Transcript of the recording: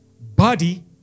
body